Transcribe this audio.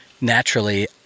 naturally